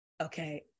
Okay